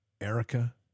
Erica